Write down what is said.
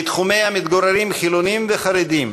בתחומיה מתגוררים חילונים וחרדים,